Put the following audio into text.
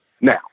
now